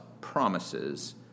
promises